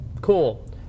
cool